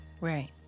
Right